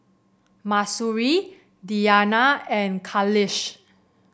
Mahsuri Diyana and Khalish